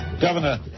Governor